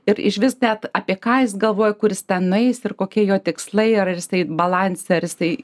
ir išvis net apie ką jis galvoja kur jis ten eis ir kokie jo tikslai ar ir jisai balanse ar jisai